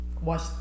Watch